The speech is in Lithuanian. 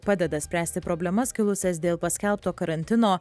padeda spręsti problemas kilusias dėl paskelbto karantino